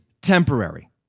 temporary